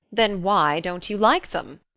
then why don't you like them?